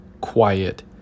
quiet